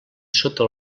sota